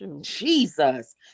Jesus